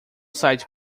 site